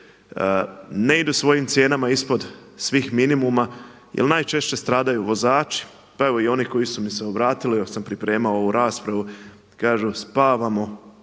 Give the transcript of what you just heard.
ne idu svojim cijenama ispod svih minimuma jel najčešće stradaju vozači. Pa evo oni koji su mi se obratili dok sam pripremao ovu raspravu kažu spavamo